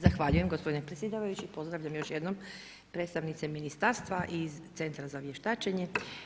Zahvaljujem gospodine predsjedavajući, pozdravljam još jednom predstavnice ministarstva iz centra za vještačenje.